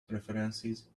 preferences